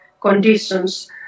conditions